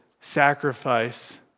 sacrifice